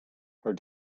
her